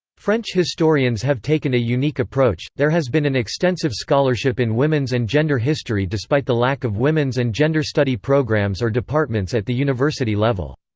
french historians have taken a unique approach there has been an extensive scholarship in women's and gender history despite the lack of women's and gender study programs or departments at the university level.